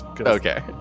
Okay